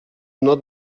not